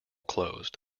closed